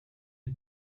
ver